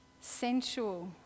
Sensual